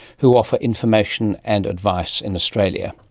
who offer information and advice in australia.